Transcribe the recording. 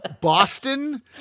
Boston